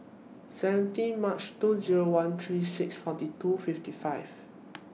seventeen March two Zero one three six forty two fifty five